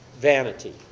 vanity